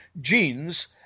genes